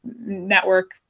network